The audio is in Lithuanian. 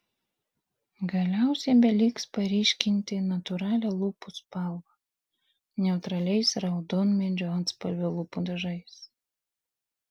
galiausiai beliks paryškinti natūralią lūpų spalvą neutraliais raudonmedžio atspalvio lūpų dažais